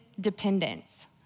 dependence